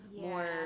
more